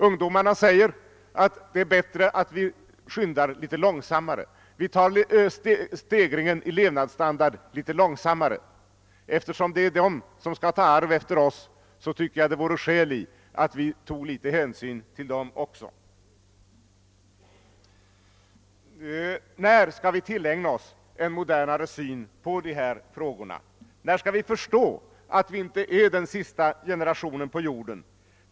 Ungdomarna säger att det är bättre att vi höjer levnadsstandarden litet långsammare. Eftersom det är de som skall ta upp arvet efter oss, vore det skäl i att vi toge litet hänsyn också till dem. När skall vi tillägna oss en modernare syn på dessa frågor? När skall vi förstå att vi inte är den sista generationen på jorden?